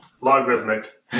logarithmic